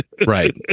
right